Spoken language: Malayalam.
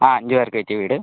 ആ അഞ്ച് പേർക്ക് പറ്റിയ വീട്